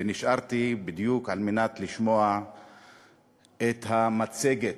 ונשארתי בדיוק על מנת לשמוע את המצגת.